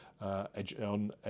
On